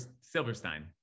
Silverstein